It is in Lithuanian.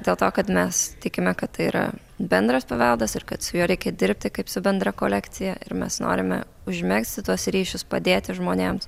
dėl to kad mes tikime kad tai yra bendras paveldas ir kad su juo reikia dirbti kaip su bendra kolekcija ir mes norime užmegzti tuos ryšius padėti žmonėms